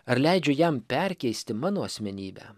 ar leidžiu jam perkeisti mano asmenybę